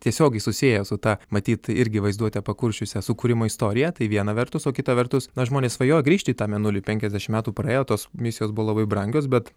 tiesiogiai susieja su ta matyt irgi vaizduotę pakursčiusią sukūrimo istoriją tai viena vertus o kita vertus nors žmonės svajojo grįžti į tą mėnulį penkiasdešim metų praėjo tos misijos buvo labai brangios bet